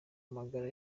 amagara